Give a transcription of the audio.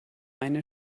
eine